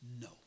no